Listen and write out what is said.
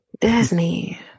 disney